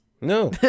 No